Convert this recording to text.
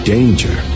Danger